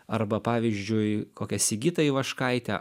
arba pavyzdžiui kokia sigitą ivaškaitę